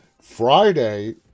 Friday